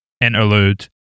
interlude